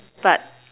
but